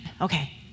Okay